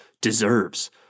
deserves